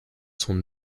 son